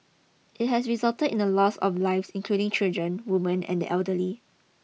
it has resulted in the loss of lives including children women and the elderly